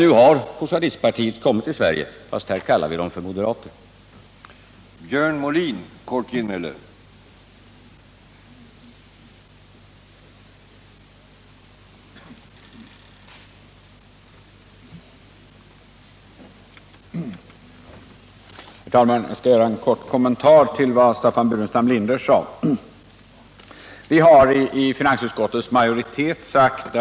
Nu har Poujadistpartiet kommit till Sverige, men här kallar vi det för moderata samlingspartiet.